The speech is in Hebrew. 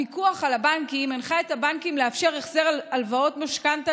הפיקוח על הבנקים הנחה את הבנקים לאפשר החזר הלוואות משכנתה